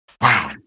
wow